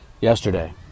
yesterday